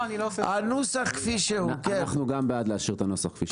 אנחנו גם בעד להשאיר את הנוסח כפי שהוא.